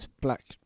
black